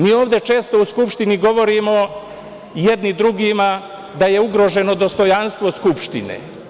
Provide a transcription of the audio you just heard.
Mi ovde često u Skupštini govorimo jedni drugima da je ugroženo dostojanstvo Skupštine.